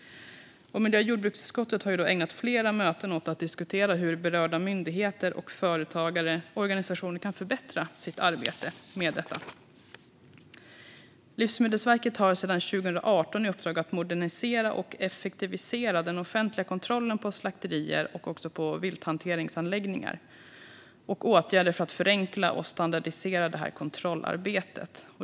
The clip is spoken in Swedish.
Miljö och jordbruksutskottet har ägnat flera möten åt att diskutera hur berörda myndigheter, företagare och organisationer kan förbättra sitt arbete. Livsmedelsverket har sedan 2018 i uppdrag att modernisera och effektivisera den offentliga kontrollen av slakterier och vilthanteringsanläggningar och att vidta åtgärder för att förenkla och standardisera kontrollarbetet.